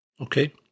Okay